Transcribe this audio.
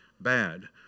bad